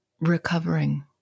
Recovering